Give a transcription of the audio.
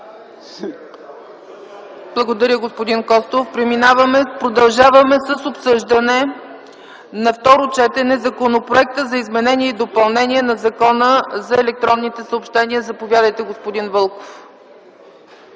Благодаря, господин Костов. Продължаваме с обсъждането на второ четене на Законопроекта за изменение и допълнение на Закона за електронните съобщения. Заповядайте, господин Петров.